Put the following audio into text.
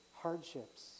hardships